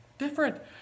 different